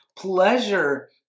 Pleasure